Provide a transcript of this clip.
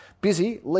busy